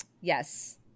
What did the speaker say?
Yes